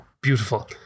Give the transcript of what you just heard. Beautiful